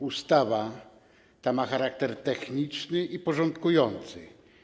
Ustawa ta ma charakter techniczny i porządkujący.